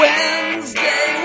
Wednesday